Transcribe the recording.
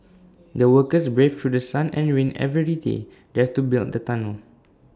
the workers braved through sun and rain every day just to build the tunnel